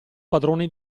padrone